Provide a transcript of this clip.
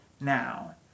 now